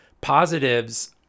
Positives